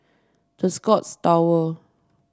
The Scotts Tower